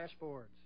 dashboards